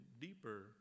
deeper